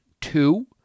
two